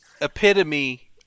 epitome